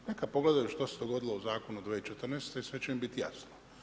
Neka pogledaju što se dogodilo u zakonu 2014. i sve će im bit jasno.